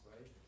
right